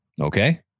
Okay